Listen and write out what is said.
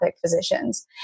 Physicians